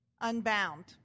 Unbound